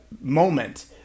moment